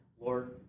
Lord